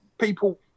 People